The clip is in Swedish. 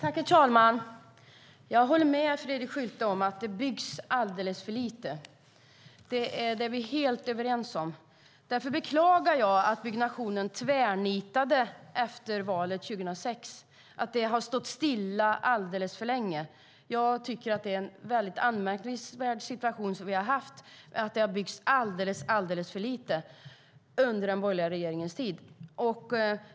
Herr talman! Jag håller med Fredrik Schulte om att det byggs alldeles för lite. Det är vi helt överens om. Därför beklagar jag att byggnationen tvärnitade efter valet 2006 och att det har stått stilla alldeles för länge. Det är en anmärkningsvärd situation vi har haft där det har byggts alldeles för lite under den borgerliga regeringens tid.